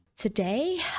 today